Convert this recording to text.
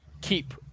keep